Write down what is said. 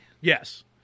Yes